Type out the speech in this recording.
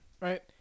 right